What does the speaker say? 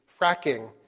fracking